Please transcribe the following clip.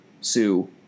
sue